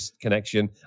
connection